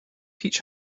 peach